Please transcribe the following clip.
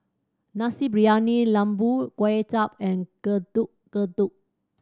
Nasi Briyani Lembu Kuay Chap and Getuk Getuk